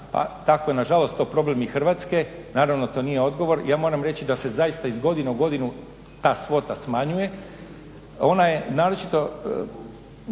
pa tako je nažalost to problem i Hrvatske. Naravno to nije odgovor. Ja moram reći da se zaista iz godine u godinu ta svota smanjuje, naročito